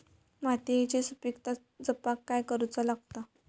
मातीयेची सुपीकता जपाक काय करूचा लागता?